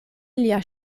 lia